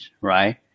right